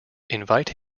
invite